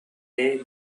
day